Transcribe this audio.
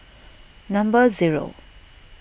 number zero